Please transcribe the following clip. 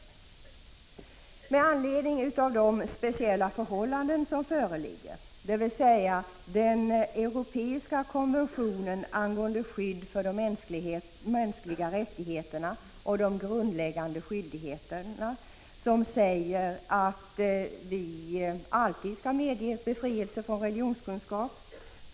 Sverige har emellertid ratificerat den europeiska konventionen om skydd för mänskliga rättigheter och grundläggande friheter, i vilken sägs att vi alltid skall medge befrielse från religionskunskap.